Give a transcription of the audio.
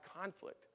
conflict